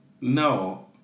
No